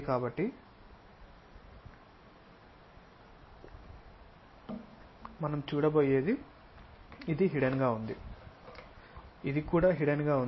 కాబట్టి మనం చూడబోయేది ఇది హిడెన్ గా ఉంది ఇది కూడా హిడెన్ గా ఉందని